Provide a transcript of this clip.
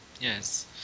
Yes